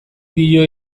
dio